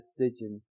decision